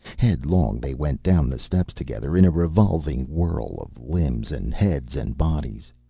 headlong they went down the steps together, in a revolving whirl of limbs and heads and bodies.